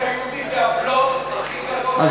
כל הבית היהודי זה הבלוף הכי גדול שיש.